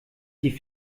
die